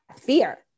fear